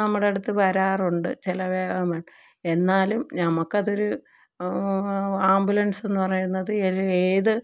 നമ്മുടെയടുത്ത് വരാറുണ്ട് ചില ഡ്രൈവർമാര് എന്നാലും നമുക്കതൊരു ആംബുലൻസെന്നു പറയുന്നത് ഏത്